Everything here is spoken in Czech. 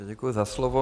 Děkuji za slovo.